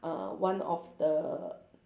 uh one of the